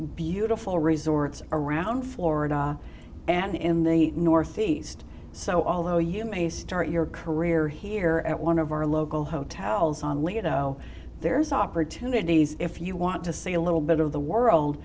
beautiful resorts around florida and in the northeast so although you may start your career here at one of our local hotels on way you know there's opportunities if you want to see a little bit of the world